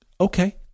okay